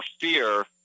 fear